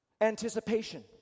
anticipation